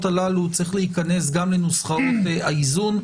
הללו צריך להיכנס גם לנוסחאות האיזון.